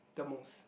the most